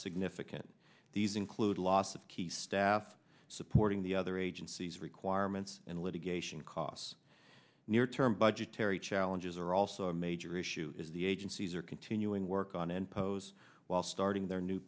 significant these include loss of key staff supporting the other agencies requirements and litigate costs near term budgetary challenges are also a major issue as the agencies are continuing work on and pose while starting their new